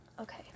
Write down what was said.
Okay